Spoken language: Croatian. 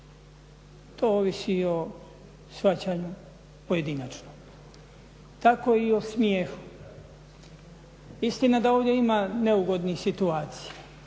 To ovisi i o shvaćanju pojedinačnom. Tako i o smijehu. Istina da ovdje ima neugodnih situacija,